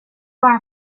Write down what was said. bara